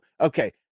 okay